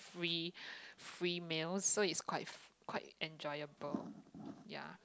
free free meals so is quite quite enjoyable